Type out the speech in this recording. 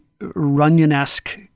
Runyon-esque